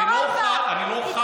אני לא אוכל,